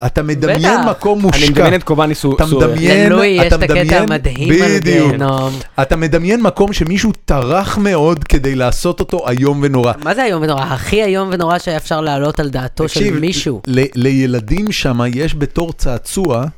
אתה מדמיין מקום מושקע, אתה מדמיין, אתה מדמיין, בדיוק, אתה מדמיין מקום שמישהו טרח מאוד כדי לעשות אותו איום ונורא. מה זה איום ונורא? הכי איום ונורא שאפשר לעלות על דעתו של מישהו. לילדים שם יש בתור צעצוע.